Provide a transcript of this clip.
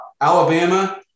Alabama